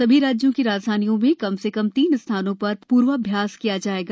सभी राज्यों की राजधानियों में कम से कम तीन स्थानों पर पर्वाभ्यास किया जाएगा